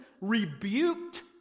rebuked